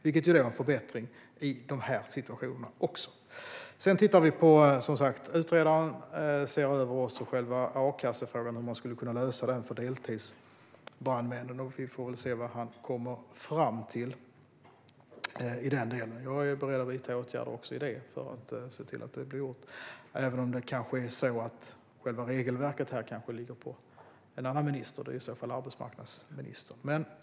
Det innebär en förbättring även i de här situationerna. Utredaren ser som sagt över också själva a-kassefrågan och hur man skulle kunna lösa den för deltidsbrandmännen. Vi får se vad han kommer fram till i denna del. Jag är beredd att vidta åtgärder även med detta för att se till att det blir gjort, även om själva regelverket kanske ligger hos en annan minister, nämligen arbetsmarknadsministern.